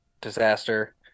disaster